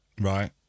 Right